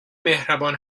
مهربان